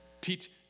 teach